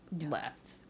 left